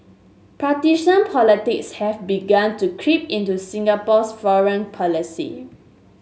partisan politics has begun to creep into Singapore's foreign policy